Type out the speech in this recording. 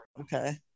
Okay